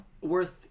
worth